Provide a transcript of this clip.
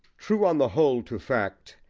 true, on the whole, to fact,